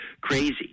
crazy